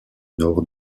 nord